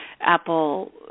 Apple